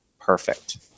perfect